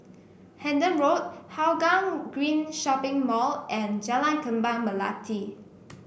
Hendon Road Hougang Green Shopping Mall and Jalan Kembang Melati